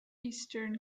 eastern